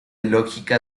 lógica